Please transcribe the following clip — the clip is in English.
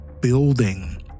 building